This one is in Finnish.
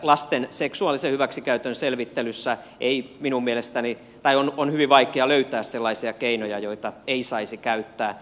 lasten seksuaalisen hyväksikäytön selvittelyssä minun mielestäni on hyvin vaikea löytää sellaisia keinoja joita ei saisi käyttää